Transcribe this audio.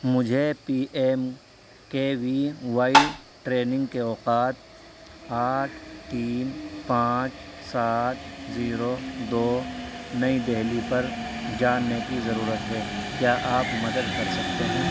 مجھے P M K V Y training کے اوقات آٹھ تین پانچ سات زیرو دو نئی دہلی پر جاننے کی ضرورت ہے کیا آپ مدد کر سکتے ہیں